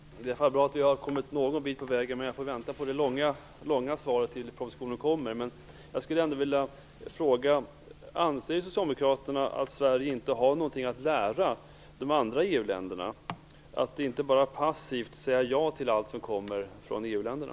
Herr talman! Det är i alla fall bra att vi har kommit någon bit på vägen. Jag får vänta på det långa svaret tills propositionen kommer. Jag skulle ändå vilja fråga: Anser Socialdemokraterna att Sverige inte har någonting att lära de andra EU-länderna, att vi bara passivt skall säga ja till allt som kommer från EU-länderna?